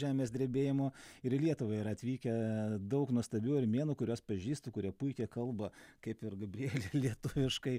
žemės drebėjimo ir į lietuvą yra atvykę daug nuostabių armėnų kuriuos pažįstu kurie puikia kalba kaip ir gabrielė lietuviškai